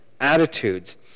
attitudes